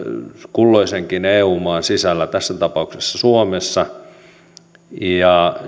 kulloisenkin eu maan sisällä tässä tapauksessa suomessa ja